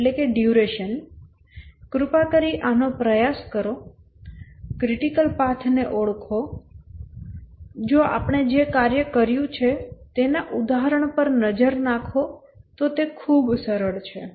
કૃપા કરીને આનો પ્રયાસ કરો ક્રિટિકલ પાથ ને ઓળખો જો આપણે જે કાર્ય કર્યું છે તેના ઉદાહરણ પર નજર નાખો તો તે ખૂબ સરળ છે